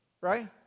Right